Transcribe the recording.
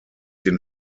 den